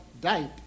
died